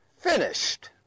finished